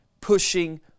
pushing